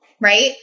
right